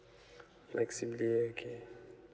flexibly okay